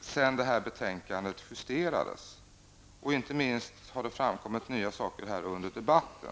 sedan betänkandet justerades. Inte minst har det framkommit nya saker under denna debatt.